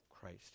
Christ